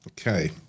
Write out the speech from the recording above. Okay